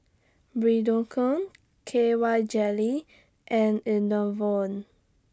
Redoxon K Y Jelly and Enervon